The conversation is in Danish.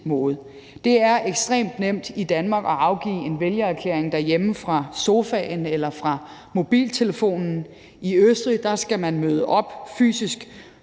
måde. Det er ekstremt nemt i Danmark at afgive en vælgererklæring derhjemme i sofaen fra mobiltelefonen. I Østrig skal man fysisk